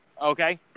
Okay